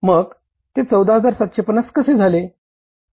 मग ते 14750 कसे झाले